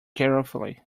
carefully